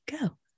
go